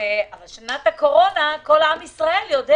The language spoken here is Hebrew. בשנת הקורונה כל עם ישראל יודע